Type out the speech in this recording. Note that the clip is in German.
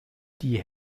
die